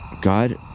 God